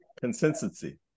Consistency